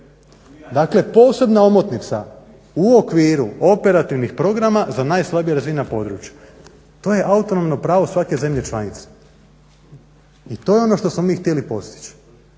Dakle posebna omotnica u okviru operativnih programa za najslabije razvijena područja. To je autonomno pravo svake zemlje članice. I to je ono što smo mi htjeli postići.